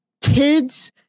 kids